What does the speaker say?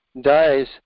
dies